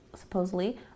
supposedly